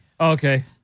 Okay